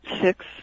Six